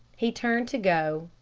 he turned to go,